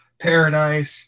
paradise